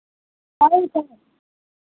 कौन सा